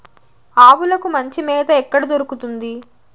ఆవులకి మంచి మేత ఎక్కడ దొరుకుతుంది?